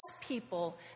people